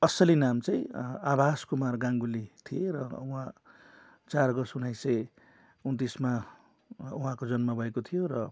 असली नाम चाहिँ आभास कुमार गाङ्गुली थिए र उहाँ चार अगस्त उन्नाइस सय उन्तिसमा उहाँको जन्म भएको थियो र